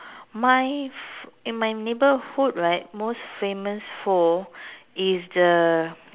my in my neighbourhood right most famous for is the